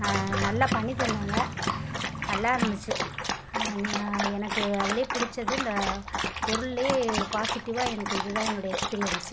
நல்லா பண்ணி தந்தாங்க நல்லாயிருந்துச்சு எனக்கு அதில் பிடிச்சது இந்த பொருளில் பாசிட்டிவ்வாக இது தான் என்னுடைய எக்ஸ்பீரியன்ஸ்